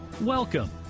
Welcome